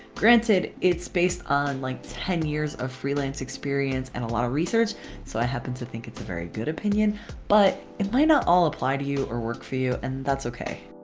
granted, it's based on like ten years of freelance experience and a lot of research so i happen to think it's a very good opinion but it might not all apply to you or work for you and that's okay.